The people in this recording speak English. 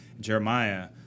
Jeremiah